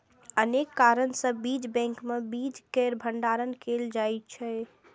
अनेक कारण सं बीज बैंक मे बीज केर भंडारण कैल जाइ छै